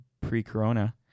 pre-corona